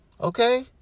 okay